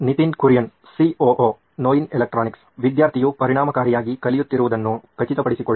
Nitin Kurian COO ನೋಯಿನ್ electronics ವಿದ್ಯಾರ್ಥಿಯು ಪರಿಣಾಮಕಾರಿಯಾಗಿ ಕಲಿಯುತ್ತಿರುವುದನ್ನು ಖಚಿತಪಡಿಸಿಕೊಳ್ಳಲು